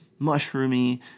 mushroomy